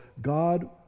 god